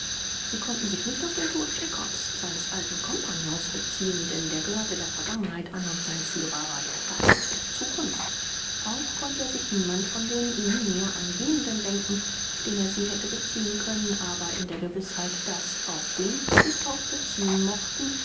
sie konnten sich nicht auf den tod jakobs seines alten compagnons beziehen denn der gehörte der vergangenheit an und sein führer war der geist der zukunft auch konnte er sich niemand von den ihn näher angehenden denken auf den er sie hätte beziehen können aber in der gewißheit daß auf wen sie sich auch beziehen möchten